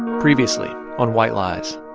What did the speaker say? previously on white lies.